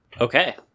Okay